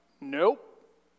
nope